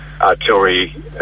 artillery